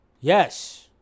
Yes